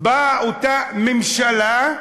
באה אותה ממשלה,